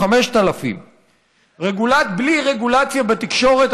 5000. בלי רגולציה בתקשורת,